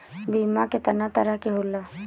बीमा केतना तरह के होला?